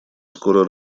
скоро